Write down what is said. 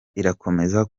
irakomeza